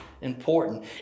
important